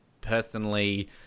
personally